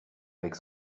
avec